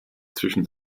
zwischen